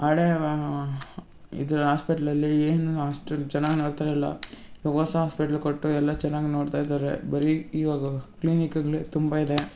ಹಳೇ ಇದು ಹಾಸ್ಪಿಟ್ಲಲ್ಲಿ ಏನು ಅಷ್ಟು ಚೆನ್ನಾಗಿ ನೋಡ್ತಾ ಇರ್ಲಿಲ್ಲ ಇವಾಗ ಹೊಸ ಹಾಸ್ಪಿಟ್ಲ್ ಕಟ್ಟು ಎಲ್ಲ ಚೆನ್ನಾಗಿ ನೋಡ್ತಾ ಇದ್ದಾರೆ ಬರೀ ಇವಾಗ ಕ್ಲೀನಿಕ್ಗಳೇ ತುಂಬ ಇದೆ